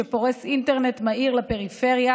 שפורס אינטרנט מהיר לפריפריה